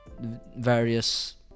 various